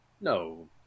No